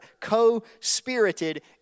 co-spirited